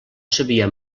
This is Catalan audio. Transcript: sabia